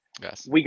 Yes